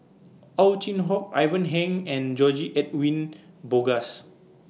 Ow Chin Hock Ivan Heng and George Edwin Bogaars